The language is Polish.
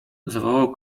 zawołał